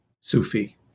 sufi